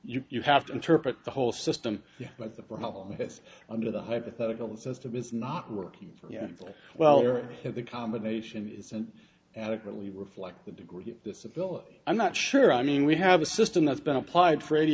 you have to interpret the whole system but the problem is under the hypothetical the system is not working very well or the combination isn't adequately reflect the degree of disability i'm not sure i mean we have a system that's been applied for eighty